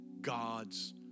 God's